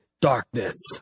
Darkness